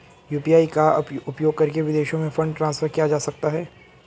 UPI का उपयोग करके विदेशों में फंड ट्रांसफर किया जा सकता है?